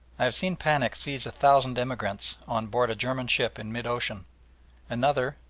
i have seen panic seize a thousand emigrants on board a german ship in mid-ocean another,